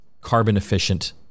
carbon-efficient